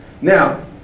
Now